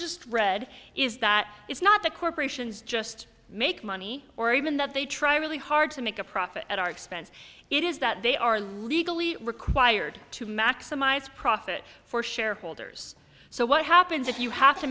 just read is that it's not the corporations just make money or even that they try really hard to make a profit at our expense it is that they are legally required to maximize profit for shareholders so what happens if you have to